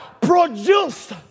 produced